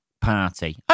party